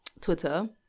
Twitter